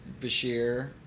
Bashir